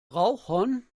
rauchern